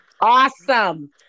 Awesome